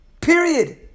Period